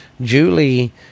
Julie